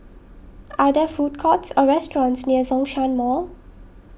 are there food courts or restaurants near Zhongshan Mall